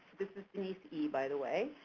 this is denise e. by the way,